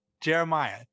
Jeremiah